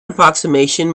approximation